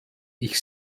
ich